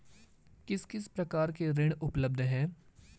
किस किस प्रकार के ऋण उपलब्ध हैं?